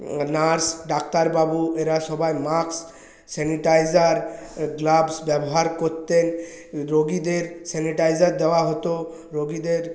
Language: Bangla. নার্স ডাক্তারবাবু এরা সবাই মাস্ক স্যানিটাইজার গ্লাভস ব্যবহার করতেন রোগীদের স্যানিটাইজার দেওয়া হত রোগীদের